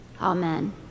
Amen